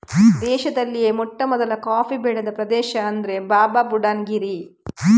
ದೇಶದಲ್ಲಿಯೇ ಮೊಟ್ಟಮೊದಲು ಕಾಫಿ ಬೆಳೆದ ಪ್ರದೇಶ ಅಂದ್ರೆ ಬಾಬಾಬುಡನ್ ಗಿರಿ